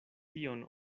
tion